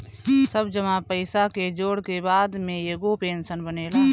सब जमा पईसा के जोड़ के बाद में एगो पेंशन बनेला